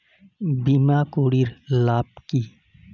বিমা করির লাভ কি?